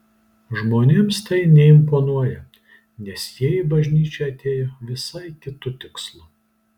žmonėms tai neimponuoja nes jie į bažnyčią atėjo visai kitu tikslu